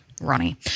Ronnie